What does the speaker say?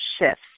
shifts